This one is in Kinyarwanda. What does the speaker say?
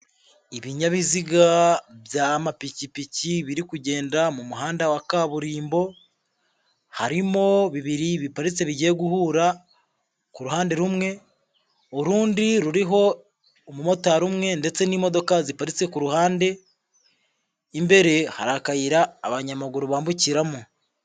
Ibinyabiziga by'amapikipiki biri kugenda mu muhanda wa kaburimbo, harimo bibiri biparitse bigiye guhura ku ruhande rumwe, urundi ruriho umumotari umwe ndetse n'imodoka ziparitse ku ruhande, imbere hari akayira abanyamaguru bambukiramo.